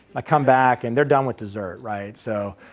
i come back and they're done with dessert. right so,